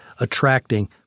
attracting